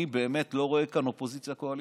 אני באמת לא רואה כאן אופוזיציה קואליציה.